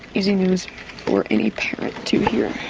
easy news for any parent to hear.